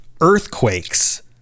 earthquakes